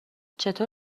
چطور